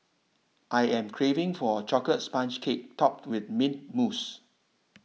I am craving for a Chocolate Sponge Cake Topped with Mint Mousse